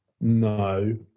No